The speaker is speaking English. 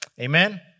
Amen